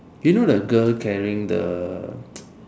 you know the girl carrying the